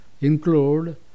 include